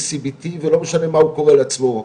ולא משנה מה הוא קורא לעצמו,